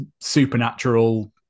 supernatural